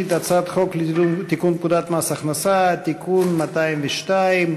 חוק לתיקון פקודת מס הכנסה (מס' 202),